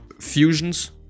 fusions